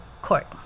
court